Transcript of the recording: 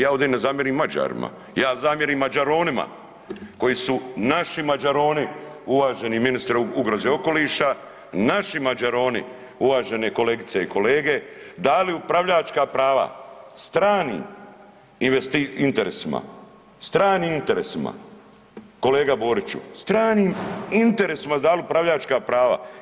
Ja ovdje ne zamjerim Mađarima, ja zamjerim Mađaronima koji su naši Mađaroni uvaženi ministre ugroze okoliša, naši Mađaroni uvaženi kolegice i kolege dali upravljačka prava stranim interesima, stranim interesima kolega Boriću, stranim interesima su dali upravljačka prava.